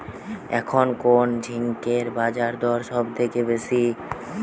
এখন কোন ঝিঙ্গের বাজারদর সবথেকে বেশি?